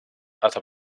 hasta